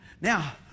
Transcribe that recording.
Now